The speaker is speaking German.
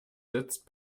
sitzt